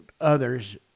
others